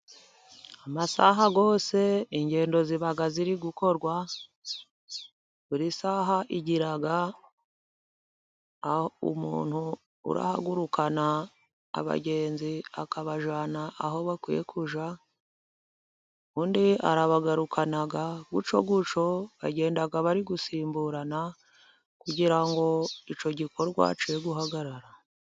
Amasaha yose ingendo ziba ziri gukorwa, buri saha igira umuntu urahagurukana abagenzi akabajyana aho bakwiye kuzajya, undi arabagarukana, gutyo gutyo, bagenda bari gusimburana, kugira ngo icyo gikorwa cye guhagarara.